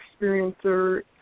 experiencer